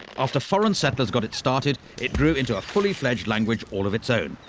after foreign settlers got it started, it grew into a fully-fledged language all of its own,